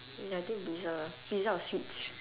ya I think pizza lah pizza or sweets